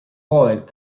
boyle